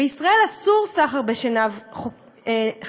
בישראל אסור הסחר בשנהב חדש,